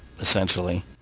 essentially